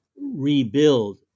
rebuild